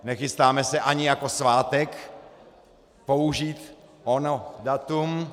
Nechystáme se ani jako svátek použít ono datum.